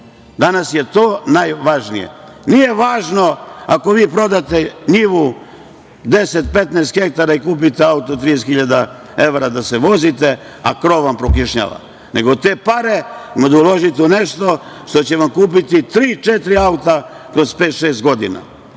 Danas je to najvažnije. Nije važno ako vi prodate njivu 10, 15 hektara, kupite auto od 30 hiljada evra da se vozite, a krov vam prokišnjava, nego te pare imate da uložite u nešto što će vam kupiti tri, četiri